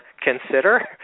consider